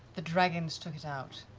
the dragons took it out.